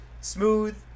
smooth